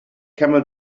camel